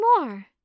more